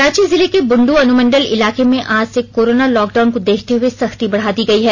रांची जिले के बुण्डू अनुमंडल इलाके में आज से कोरोना लॉक डाउन को देखते हुए सख्ती बढ़ा दी गई है